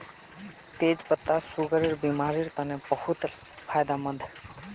तेच पत्ता सुगरेर बिमारिर तने बहुत फायदामंद